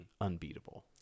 unbeatable